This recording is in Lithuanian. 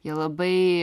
jie labai ja